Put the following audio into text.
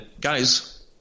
guys